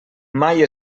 mai